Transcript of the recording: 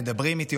מדברים איתי,